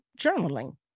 journaling